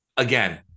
Again